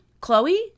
Chloe